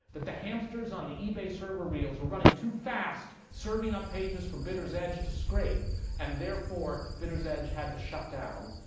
that the hamsters on the ebay server reels were running too fast serving up pages for bidder's edge to scrape and therefore, bidder's edge had to shut down.